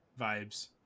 vibes